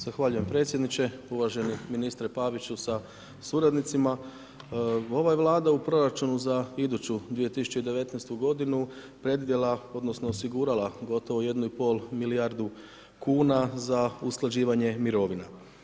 Zahvaljujem predsjedniče, uvaženi ministre Paviću sa suradnicima, ova vlada u proračunu za iduću 2019. g. predvidjela odnosno, osigurala gotovo 1,5 milijardu kn, za usklađivanje mirovina.